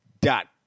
Dot